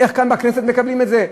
איך כאן בכנסת מקבלים את זה?